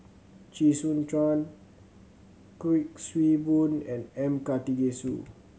Chee Soon Juan Kuik Swee Boon and M Karthigesu